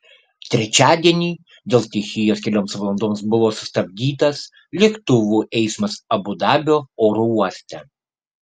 trečiadienį dėl stichijos kelioms valandoms buvo sustabdytas lėktuvų eismas abu dabio oro uoste